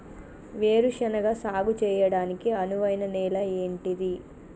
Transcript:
వేరు శనగ సాగు చేయడానికి అనువైన నేల ఏంటిది?